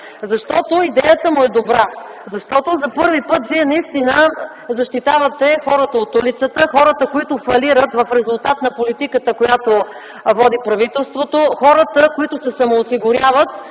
Защото идеята му е добра, защото за първи път Вие наистина защитавате хората от улицата, хората, които фалират в резултат на политиката, която води правителството, хората, които се самоосигуряват